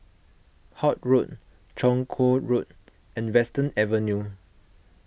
Holt Road Chong Kuo Road and Western Avenue